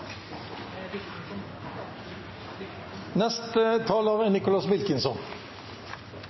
Neste taler er Nicholas Wilkinson.